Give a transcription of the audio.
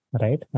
right